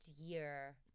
year